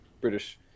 British